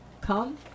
Come